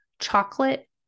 chocolate